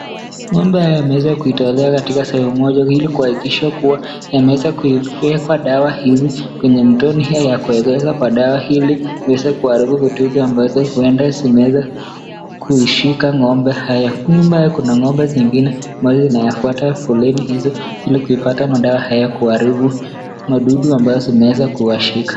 Ng'ombe hawa wameweza kutolewa katika sehemu moja, ilikuhakikisha kuwa yameweza kuwekwa dawa hizi kwenye mtoni ya kuwekeza dawa iliiweza kuharibu wadudu ambaozo uenda zinaweza kushika ngome hawa. Nyuma kuna ngombe zingine ambayo inawafuata foleni hili kupata madawa haya kuharibu wadudu ambao zinaweza kuwashika.